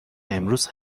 امروز